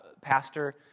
pastor